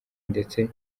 ndetse